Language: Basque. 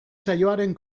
saioaren